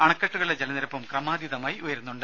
അണക്കെട്ടുകളിലെ ജലനിരപ്പും ക്രമാതീതമായി ഉയരുന്നുണ്ട്